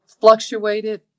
fluctuated